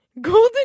golden